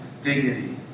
dignity